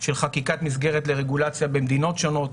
של חקיקת מסגרת לרגולציה במדינות שונות.